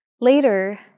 Later